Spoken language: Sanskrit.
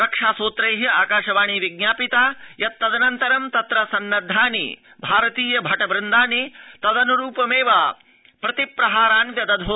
रक्षा सूत्रै आकाशवाणी विज्ञापिता यत् तदनन्तरं तत्र सन्नद्वानि भारतीय भट वृन्दानि तदन्रूपमेव प्रतिप्रहारान् व्यदधु